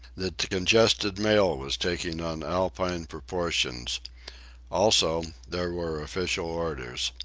that the congested mail was taking on alpine proportions also, there were official orders.